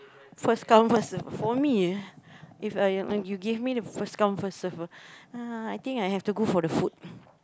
first come first serve for me If I you give me the first come first serve [ah]I think I have to go for the food